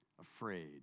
afraid